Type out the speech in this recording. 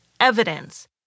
evidence